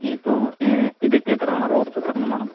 ഇപ്പോൾ ഇതൊക്കെ എത്രയെണ്ണം വേണം റോസ് ഒക്കെ എത്ര എണ്ണം വേണം